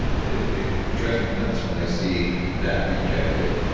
it it drives me nuts when i see that rejected.